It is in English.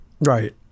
Right